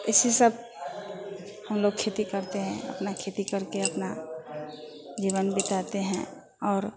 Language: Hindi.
इसी सब हम लोग खेती करते हैं अपनी खेती करके अपना जीवन बिताते हैं और